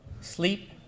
Sleep